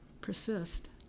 persist